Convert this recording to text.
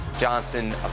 Johnson